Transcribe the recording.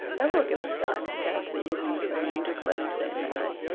that will give us time to catch the evening train to glen st. mary.